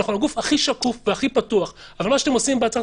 אנחנו הגוף הכי שקוף והכי פתוח אבל מה שאתם עושים בהצעת